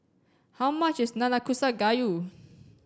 how much is Nanakusa Gayu